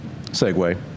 segue